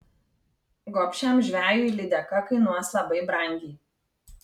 gobšiam žvejui lydeka kainuos labai brangiai